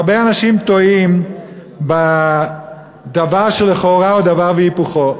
הרבה אנשים טועים בדבר שלכאורה הוא דבר והיפוכו.